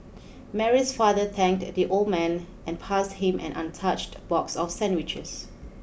Mary's father thanked the old man and passed him an untouched box of sandwiches